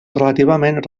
relativament